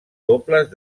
dobles